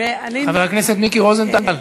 חבר הכנסת מיקי רוזנטל.